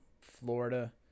florida